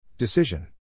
Decision